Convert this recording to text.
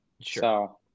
sure